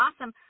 awesome